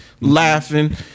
laughing